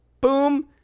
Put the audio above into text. boom